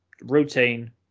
routine